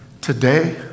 Today